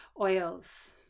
oils